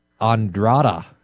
Andrada